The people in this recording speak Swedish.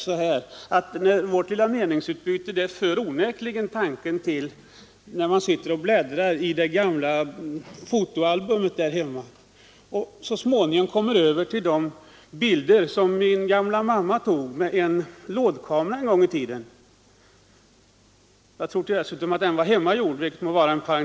Vårt lilla meningsutbyte för onekligen tanken till de bleka kort man finner när man bläddrar i det gamla fotoalbumet där hemma och så småningom kommer över till de bilder som ens gamla mamma tog med en lådkamera en gång i tiden. Jag tror dessutom — vilket bara är en liten parentes — att kameran var hemmagjord.